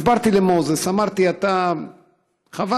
הסברתי למוזס, אמרתי: חבל,